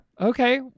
Okay